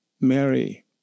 Mary